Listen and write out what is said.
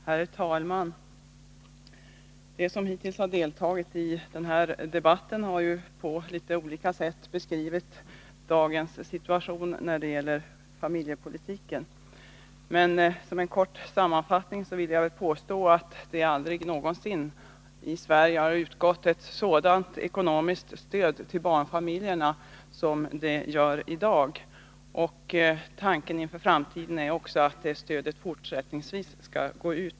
Herr talman! De som hittills har deltagit i denna debatt har på litet olika sätt beskrivit dagens situation när det gäller familjepolitiken. Som en kort sammanfattning vill jag påstå att det aldrig någonsin i Sverige har utgått ett sådant ekonomiskt stöd till barnfamiljerna som det i dag gör. Tanken inför framtiden är att stöd skall utgå också fortsättningsvis.